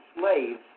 slaves